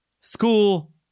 school